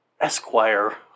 esquire